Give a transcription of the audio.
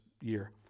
year